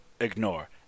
ignore